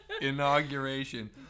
inauguration